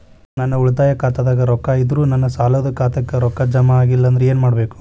ನನ್ನ ಉಳಿತಾಯ ಖಾತಾದಾಗ ರೊಕ್ಕ ಇದ್ದರೂ ನನ್ನ ಸಾಲದು ಖಾತೆಕ್ಕ ರೊಕ್ಕ ಜಮ ಆಗ್ಲಿಲ್ಲ ಅಂದ್ರ ಏನು ಮಾಡಬೇಕು?